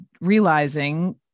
realizing